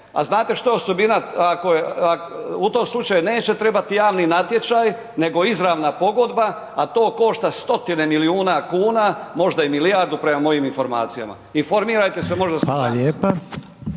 a znate što je osobina ako je, u tom slučaju neće trebat javni natječaj nego izravna pogodba, a to košta stotine milijuna kuna, možda i milijardu prema mojim informacijama, informirajte se možda